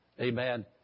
Amen